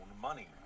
money